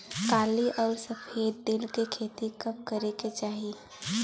काली अउर सफेद तिल के खेती कब करे के चाही?